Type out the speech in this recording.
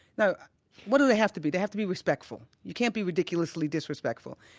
now what do they have to be? they have to be respectful. you can't be ridiculously disrespectful.